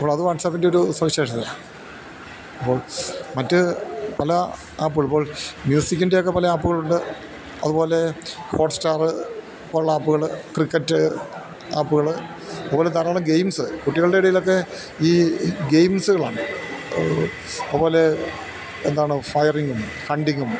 അപ്പോൾ അത് വാട്സാപ്പിൻ്റെ ഒരു സവിശേഷതയാണ് അപ്പോൾ മറ്റു പല ആപ്പുകള് ഇപ്പോൾ മ്യൂസിക്കിൻ്റെയൊക്കെ പല ആപ്പുകളുണ്ട് അതുപോലെ ഹോട്ട്സ്റ്റാര് പോലുള്ള ആപ്പുകള് ക്രിക്കറ്റ് ആപ്പുകള് അതുപോലെ ധാരാളം ഗെയിംസ് കുട്ടികളുടെ ഇടയിലൊക്കെ ഈ ഗെയിംസുകളാണ് അതുപോലെ എന്താണ് ഫയറിങ്ങും ഹണ്ടിങ്ങും